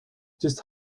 just